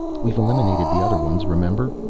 we've eliminated the other ones, remember?